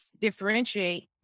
differentiate